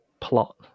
plot